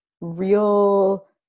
real